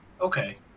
Okay